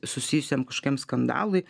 susijusiam kažkokiam skandalui